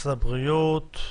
משרד הבריאות,